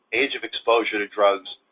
age of exposure to drugs,